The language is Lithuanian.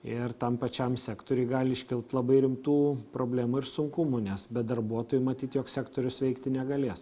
ir tam pačiam sektoriui gali iškilt labai rimtų problemų ir sunkumų nes be darbuotojų matyt joks sektorius veikti negalės